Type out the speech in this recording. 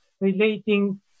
relating